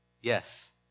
Yes